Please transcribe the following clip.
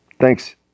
Thanks